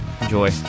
enjoy